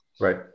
Right